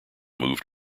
moved